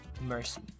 mercy